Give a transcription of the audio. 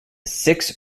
six